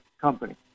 company